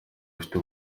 bifite